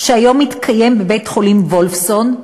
שהיום מתקיים בבית-החולים וולפסון,